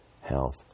health